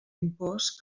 impost